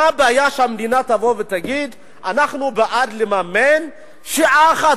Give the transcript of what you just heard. מה הבעיה שהמדינה תבוא ותגיד: אנחנו בעד לממן שעה אחת,